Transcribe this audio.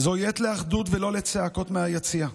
זוהי עת לאחדות ולא לצעקות מהיציע,